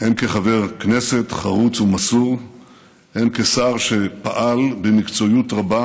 הן כחבר כנסת חרוץ ומסור הן כשר שפעל במקצועיות רבה